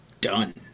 Done